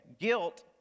Guilt